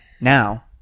Now